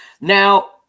Now